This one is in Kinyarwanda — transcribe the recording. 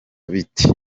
bite